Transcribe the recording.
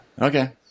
Okay